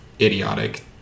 idiotic